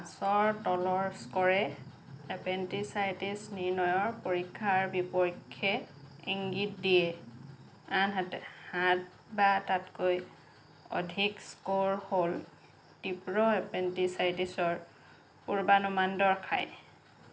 পাঁচৰ তলৰ স্ক'ৰে এপেণ্ডিচাইটিছ নিৰ্ণয়ৰ পৰীক্ষাৰ বিপক্ষে ইংগিত দিয়ে আনহাতে সাত বা তাতকৈ অধিক স্ক'ৰ হ'ল তীব্ৰ এপেণ্ডিচাইটিছৰ পূৰ্বানুমান দৰ্শায়